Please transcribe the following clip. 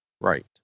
Right